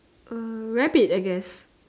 a rabbit I guess